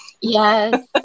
Yes